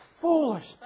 foolish